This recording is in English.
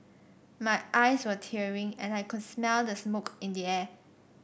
my eyes were tearing and I could smell the smoke in the air